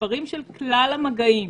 המספרים של כלל המגעים,